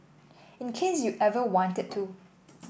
in case you ever wanted to